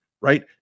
right